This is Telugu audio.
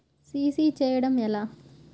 సి.సి చేయడము ఎలా?